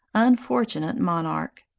unfortunate monarch!